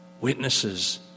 witnesses